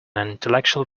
intellectual